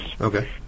Okay